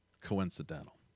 coincidental